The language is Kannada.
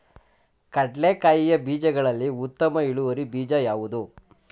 ಕಡ್ಲೆಕಾಯಿಯ ಬೀಜಗಳಲ್ಲಿ ಉತ್ತಮ ಇಳುವರಿ ಬೀಜ ಯಾವುದು?